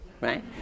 right